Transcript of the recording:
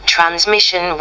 Transmission